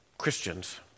Christians